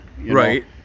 Right